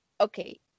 okay